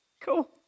Cool